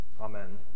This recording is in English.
Amen